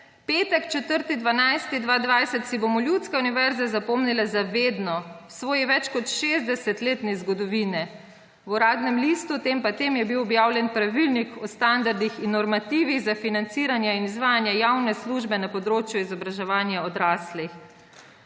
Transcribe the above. »Petek, 4. 12. 2020, si bomo ljudske univerze zapomnile za vedno v svoji več kot 60-letni zgodovini. V Uradnem listu,« tem in tem, »je bil objavljen Pravilnik o standardih in normativih za financiranje in izvajanje javne službe na področju izobraževanja odraslih,